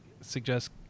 suggest